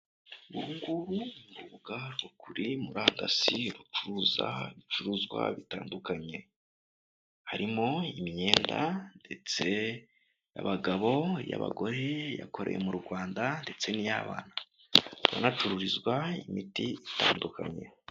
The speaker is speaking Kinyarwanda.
Urunguru ni urubuga rwo kuri murandasi rucuruza ibicuruzwa bitandukanye, harimo imyenda ndetse iy'abagabo, iy'abagore yakorewe mu Rwanda ndetse n'iy'abana, hanacururizwa imiti itandukanye.